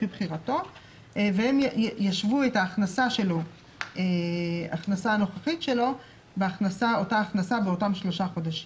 לפי בחירתו והם ישוו את ההכנסה הנוכחית באותה הכנסה באותם שלושה חודשים.